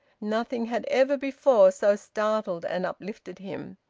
nothing had ever before so startled and uplifted him.